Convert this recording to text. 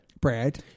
Brad